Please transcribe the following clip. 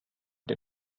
the